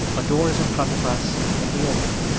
a door is in front of us, and we open it.